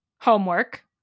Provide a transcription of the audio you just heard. homework